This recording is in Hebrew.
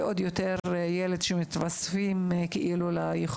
ועל אחת כמה וכמה כשמדובר בילד שיש לו